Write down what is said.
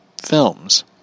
films